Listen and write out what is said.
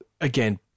again